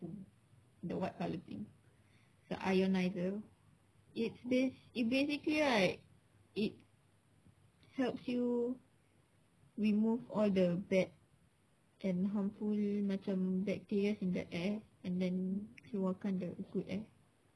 tu the white colour thing the ioniser it bas~ it basically right it helps you remove all the bad and harmful macam bacterias in the air and then keluarkan the cool air